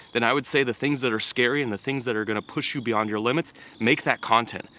then i would say the things that are scary and the things that are gonna push you beyond your limits make that content,